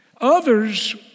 others